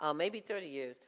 um maybe thirty years,